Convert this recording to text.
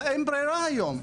אבל אין ברירה היום,